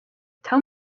tell